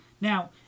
Now